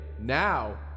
now